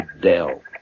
Dell